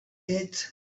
kids